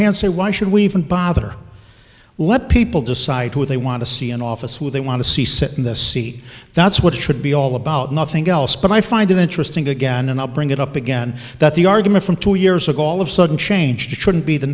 hands say why should we even bother let people decide who they want to see in office where they want to see sit in this seat that's what it should be all about nothing else but i find it interesting again and i'll bring it up again that the argument from two years ago all of sudden change shouldn't be the